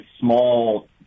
small